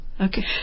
okay